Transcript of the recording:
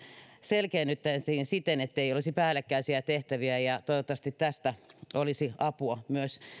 selkeennytettäisiin siten ettei olisi päällekkäisiä tehtäviä toivottavasti tästä olisi apua myös